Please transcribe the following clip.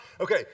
Okay